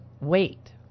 wait